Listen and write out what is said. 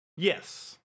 Yes